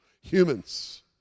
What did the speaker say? Humans